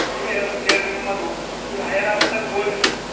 ಈಗ ಹೇಳ್ತೀನಿ ಕೇಳ್ರಿ ನೀವು ಮತ್ತು ಉ ಹೈಯರ್ ಆಪೀಸರ್ ಹೋಗಿ